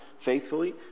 faithfully